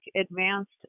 advanced